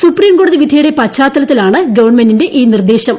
സുപ്രീംകോടതി വിധിയുടെ പശ്ചാത്തലത്തിലാണ് ഗവൺമെന്റിന്റെ നിർദ്ദേശം